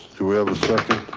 do we have a second?